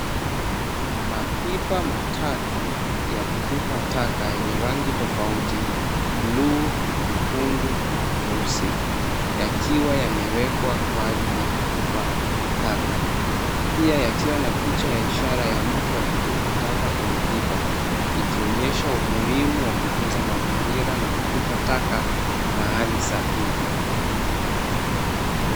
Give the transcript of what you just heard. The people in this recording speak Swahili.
Mapipa matatu ya kutupa taka yenye rangi tofauti bluu, nyekundu na nyeusi yakiwa yamewekwa kwa ajili ya kutupa taka pia yakiwa na picha ya ishara ya mtu akitupa taka kwenye pipa, ikionyesha umuhimu wa kutunza mazingira na kutupa taka mahali sahihi.